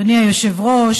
אדוני היושב-ראש,